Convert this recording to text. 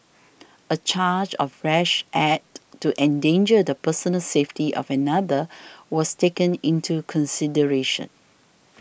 a charge of rash act to endanger the personal safety of another was taken into consideration